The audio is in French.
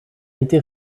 été